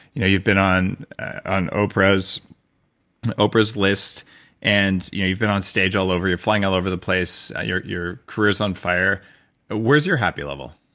you know you've been on on oprah's oprah's list and you know you've been on stage all over. you're flying all over the place. your your career on fire ah where's your happy level?